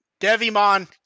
Devimon